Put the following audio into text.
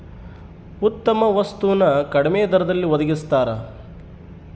ಉತ್ತಮ ವಸ್ತು ನ ಕಡಿಮೆ ದರದಲ್ಲಿ ಒಡಗಿಸ್ತಾದ